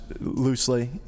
loosely